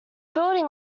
building